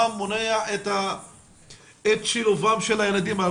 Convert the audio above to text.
מה מונע את שילובם של הילדים?